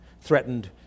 threatened